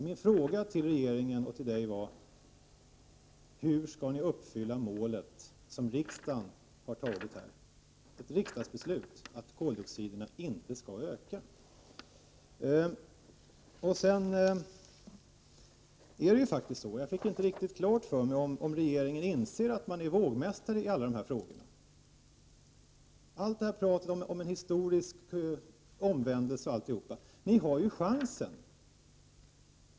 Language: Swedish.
Min fråga till regeringen och till Birgitta Dahl var hur det mål skall uppfyllas som riksdagen har fattat beslut om, dvs. ett riksdagsbeslut om att koldioxiden inte skall öka. Jag fick inte riktigt klart för mig om regeringen inser att den är vågmästare i alla dessa frågor. Det är prat om en historisk omvändelse osv. Ni har ju chansen!